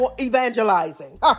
evangelizing